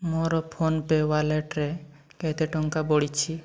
ମୋର ଫୋନ୍ପେ' ୱାଲେଟ୍ରେ କେତେ ଟଙ୍କା ବଳିଛି